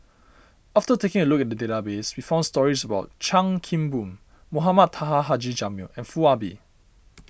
after taking a look at the database we found stories about Chan Kim Boon Mohamed Taha Haji Jamil and Foo Ah Bee